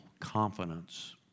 confidence